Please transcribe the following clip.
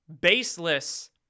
baseless